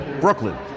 Brooklyn